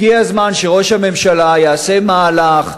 הגיע הזמן שראש הממשלה יעשה מהלך,